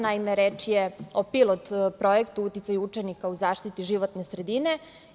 Naime, reč je o pilot projektu – Uticaj učenika u zaštiti životne sredine.